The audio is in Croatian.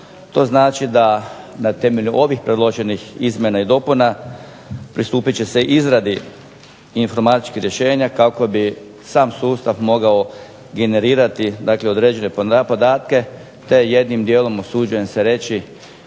To znači da na temelju ovih predloženih izmjena i dopuna pristupit će se izradi informatičkih rješenja kako bi sav sustav mogao generirati određene podatke te jednim dijelom, usuđujem se reći,